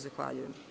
Zahvaljujem.